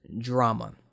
drama